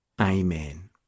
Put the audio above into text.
Amen